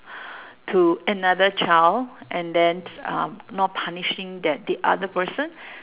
to another child and then uh not punishing that the other person